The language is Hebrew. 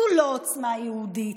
זו לא עוצמה יהודית,